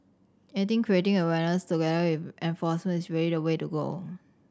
I think creating awareness together with enforcement is really the way to go